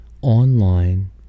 online